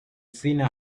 sinner